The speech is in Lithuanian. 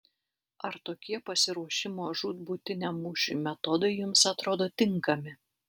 ar tokie pasiruošimo žūtbūtiniam mūšiui metodai jums atrodo tinkami